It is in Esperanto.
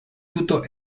tuto